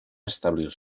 establir